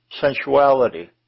sensuality